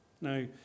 Now